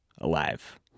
alive